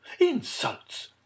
Insults